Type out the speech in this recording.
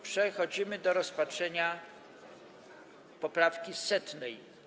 Przechodzimy do rozpatrzenia poprawki 100.